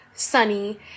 Sunny